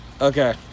Okay